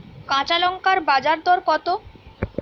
কাঁচা লঙ্কার বাজার দর কত?